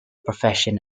profession